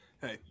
hey